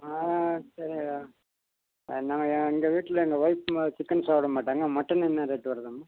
ஆ சரிங்கக்கா நாங்கள் எங்கள் வீட்டில் எங்கள் வைஃப் வந்து சிக்கன் சாப்பிட மாட்டாங்க மட்டன் என்ன ரேட் வருதுங்க